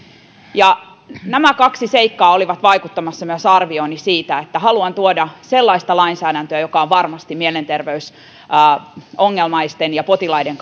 nämä kaksi seikkaa olivat vaikuttamassa myös arviooni siitä että haluan tuoda sellaista lainsäädäntöä joka on mielenterveysongelmaisten ja potilaiden